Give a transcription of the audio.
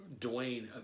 Dwayne